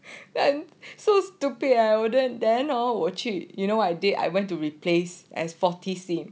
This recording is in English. then so stupid I wouldn't then hor 我去 you know I did I went to replace as faulty SIM